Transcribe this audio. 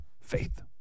faith